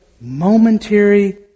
momentary